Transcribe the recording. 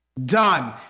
done